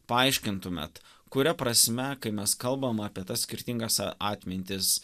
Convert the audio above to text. paaiškintumėt kuria prasme kai mes kalbam apie tas skirtingas atmintis